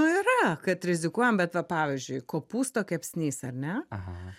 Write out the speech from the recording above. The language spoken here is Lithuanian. nu yra kad rizikuojam bet va pavyzdžiui kopūsto kepsnys ar ne